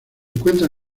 encuentra